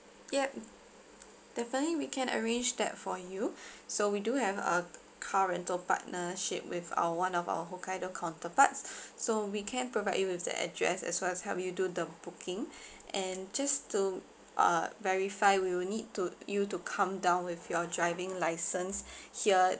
ya definitely we can arrange that for you so we do have a car rental partnership with our one of our hokkaido counterparts so we can provide you with the address as well as help you do the booking and just to uh verify we will need to you to come down with your driving license here